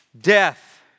death